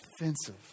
offensive